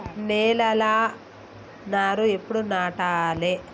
నేలలా నారు ఎప్పుడు నాటాలె?